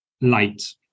light